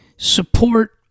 support